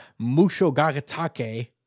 Mushogatake